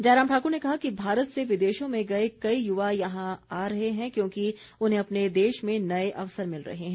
जयराम ठाकुर ने कहा कि भारत से विदेशों में गए कई युवा यहां आ रहे हैं क्योंकि उन्हें अपने देश में नए अवसर मिल रहे हैं